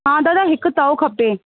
हा दादा हिकु तओ खपे